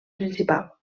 principal